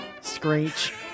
Screech